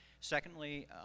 Secondly